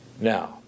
Now